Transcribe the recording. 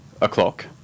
o'clock